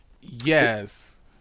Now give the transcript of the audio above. Yes